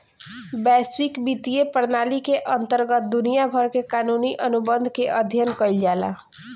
बैसविक बित्तीय प्रनाली के अंतरगत दुनिया भर के कानूनी अनुबंध के अध्ययन कईल जाला